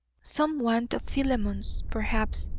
some want of philemon's, perhaps.